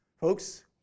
Folks